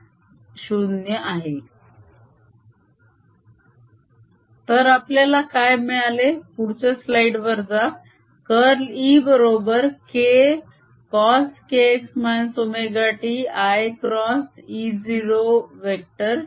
Ei×0j0 ∂xEz0sin kx ωt k∂xEy0sin kx ωt 0kcoskx ωt jEz0kEy0kcoskx ωt iEy0jEz0kkcoskx ωt iE0 तर आपल्याला काय मिळाले पुढच्या स्लाईड वर जा कर्ल E बरोबर k cos kx ωt iक्रॉस E0 वेक्टर